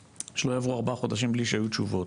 שלא יעברו ארבעה חודשים בלי שהיו תשובות.